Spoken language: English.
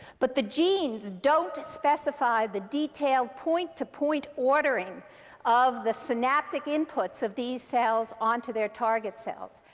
but the genes don't specify the detailed point to point ordering of the synaptic inputs of these cells onto their target cells.